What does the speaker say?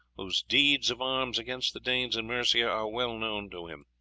whose deeds of arms against the danes in mercia are well known to him.